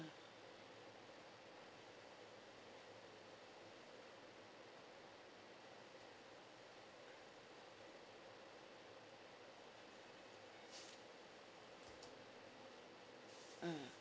mm